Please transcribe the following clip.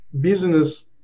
business